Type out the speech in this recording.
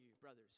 brothers